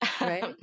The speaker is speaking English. Right